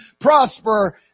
prosper